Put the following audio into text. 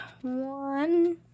one